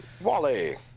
Wally